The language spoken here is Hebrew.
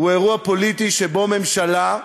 הוא אירוע פוליטי שבו ממשלה,